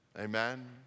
Amen